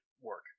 work